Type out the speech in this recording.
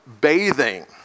bathing